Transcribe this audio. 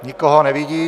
Nikoho nevidím.